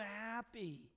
happy